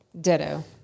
Ditto